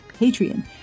Patreon